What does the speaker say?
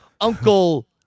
Uncle